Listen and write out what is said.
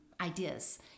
ideas